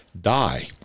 die